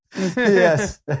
Yes